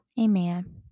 Amen